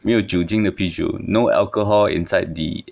没有酒精的啤酒 no alcohol inside the